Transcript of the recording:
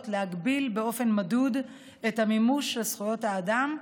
להגביל באופן מדוד את המימוש של זכויות האדם,